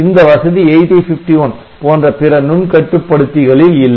இந்த வசதி 8051 போன்ற பிற நுண்கட்டுப்படுத்திகளில் இல்லை